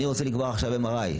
אני רוצה לקבוע עכשיו MRI,